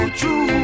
true